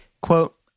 Quote